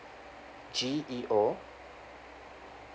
G E O